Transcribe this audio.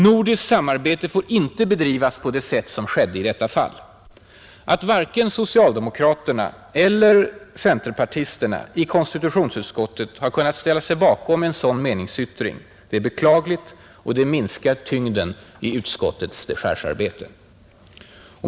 Nordiskt samarbete får inte bedrivas på det sätt som skedde i detta fall.” Att varken socialdemokraterna eller centerpartisterna i konstitutionsutskottet kunnat ställa sig bakom en sådan meningsyttring är beklagligt och minskar tyngden i utskottets dechargearbete.